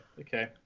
Okay